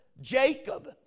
Jacob